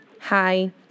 hi